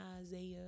Isaiah